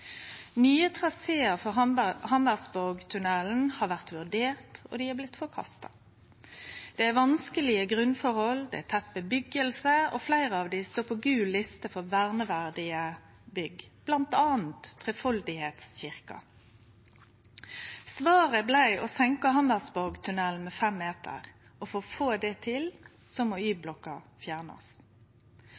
Nye trasear for Hammersborgtunnelen har vore vurderte, og dei har blitt forkasta. Det er vanskelege grunnforhold. Det er tett busetnad, og fleire bygg står på gul liste over verneverdige bygg, bl.a. Trefoldighetskirken. Svaret blei å senke Hammersborgtunnelen med 5 meter, og for å få det til må Y-blokka fjernast.